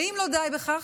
ואם לא די בכך,